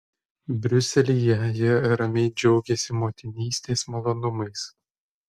briuselyje ji ramiai džiaugiasi motinystės malonumais